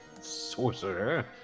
sorcerer